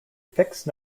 fixed